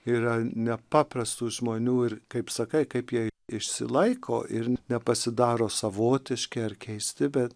yra nepaprastų žmonių ir kaip sakai kaip jie išsilaiko ir nepasidaro savotiški ar keisti bet